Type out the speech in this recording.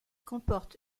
comporte